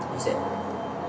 who's that